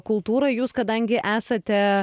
kultūrą jūs kadangi esate